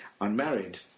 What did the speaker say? unmarried